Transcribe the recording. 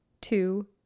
two